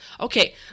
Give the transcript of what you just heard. Okay